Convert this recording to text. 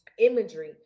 imagery